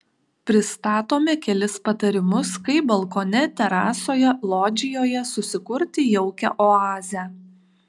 pristatome kelis patarimus kaip balkone terasoje lodžijoje susikurti jaukią oazę